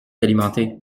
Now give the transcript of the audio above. alimenté